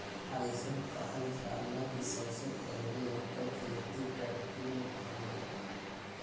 अइसन कहल जाला कि सबसे पहिले एकर खेती टर्की में भइल रहे